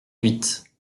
huit